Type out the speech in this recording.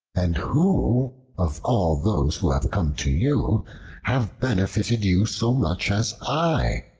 and who of all those who have come to you have benefited you so much as i,